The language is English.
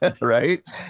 right